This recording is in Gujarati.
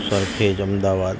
સરખેજ અમદાવાદ